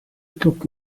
took